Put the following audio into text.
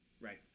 Right